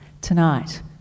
tonight